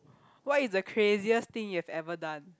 what is the craziest thing you have ever done